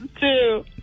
Two